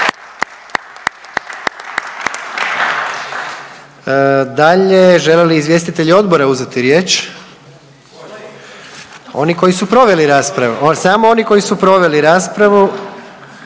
Dalje, žele li izvjestitelji odbora uzeti riječ? …/Upadica iz klupe: Koji?/… Oni koji su proveli raspravu, samo oni koji su proveli raspravu,